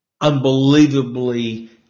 unbelievably